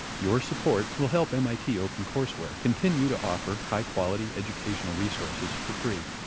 your support will help mit opencourseware continue to offer high quality educational resources for free.